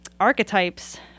Archetypes